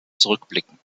zurückblicken